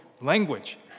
language